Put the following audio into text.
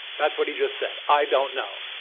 that's what he just said, i don't know.